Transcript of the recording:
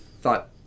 thought